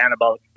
anabolic